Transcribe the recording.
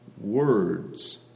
words